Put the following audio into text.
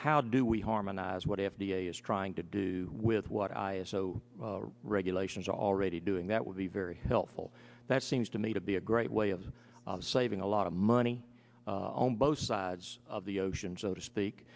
how do we harmonize what f d a is trying to do with what i s o regulations are already doing that would be very helpful that seems to me to be a great way of saving a lot of mud any on both sides of the ocean so to speak